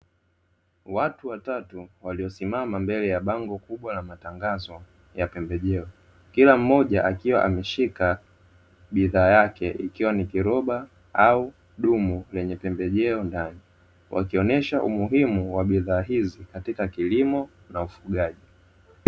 Watu watatu waliosimama mbele ya bango kubwa la matangazo ya pembejeo, kila mmoja akiwa ameshika bidhaa yake ikiwa ni kiroba au dumu lenye pembejeo ndani wakionyesha umuhimu wa bidhaa hizi katika kilimo na ufugaji.